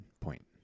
point